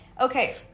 Okay